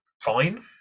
fine